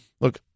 look